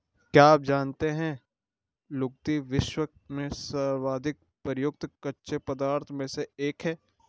क्या आप जानते है लुगदी, विश्व में सर्वाधिक प्रयुक्त कच्चे पदार्थों में से एक है?